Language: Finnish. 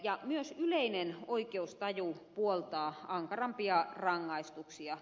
myös yleinen oikeustaju puoltaa ankarampia rangaistuksia